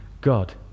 god